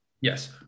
Yes